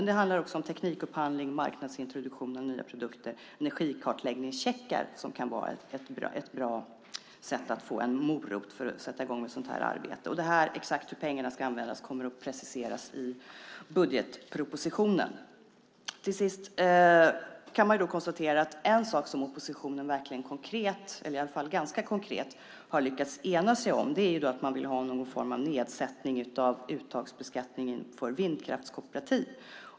Det handlar också om teknikupphandling, marknadsintroduktion av nya produkter och energikartläggningscheckar - som kan vara ett sätt att ge en morot för att sätta i gång ett sådant arbete. Exakt hur pengarna ska användas kommer att preciseras i budgetpropositionen. Sist kan vi konstatera att en sak som oppositionen ganska konkret har lyckats enas om är att man vill ha någon form av nedsättning av uttagsbeskattningen för vindkraftskooperativ.